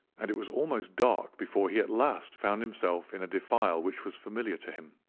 and it was almost dark before he at last found himself in a defile which was familiar to him.